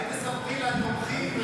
אתה מעביר לרשות,